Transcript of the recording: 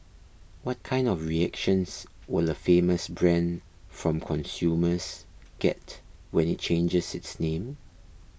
what kind of reactions will a famous brand from consumers get when it changes its name